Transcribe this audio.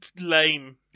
Lame